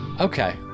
Okay